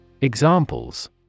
Examples